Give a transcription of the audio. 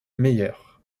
meyer